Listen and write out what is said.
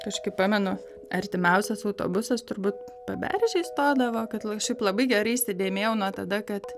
aš kaip pamenu artimiausias autobusas turbūt paberžėj stodavo kad šiaip labai gerai įsidėmėjau nuo tada kad